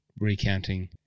recounting